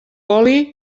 oli